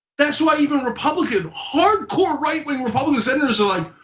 that's why even republican, hardcore, right wing republican senators are like,